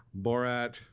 Borat